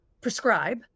prescribe